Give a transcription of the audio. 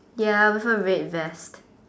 ya prefer red vest